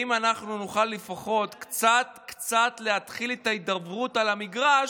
ואם אנחנו נוכל לפחות קצת קצת להתחיל את ההידברות על המגרש,